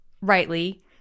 rightly